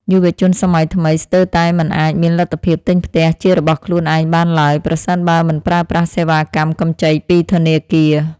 យុវជនសម័យថ្មីស្ទើរតែមិនអាចមានលទ្ធភាពទិញផ្ទះជារបស់ខ្លួនឯងបានឡើយប្រសិនបើមិនប្រើប្រាស់សេវាកម្មកម្ចីពីធនាគារ។